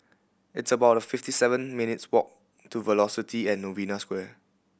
it's about fifty seven minutes' walk to Velocity and Novena Square